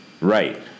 Right